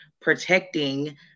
protecting